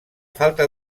falta